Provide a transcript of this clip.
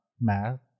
math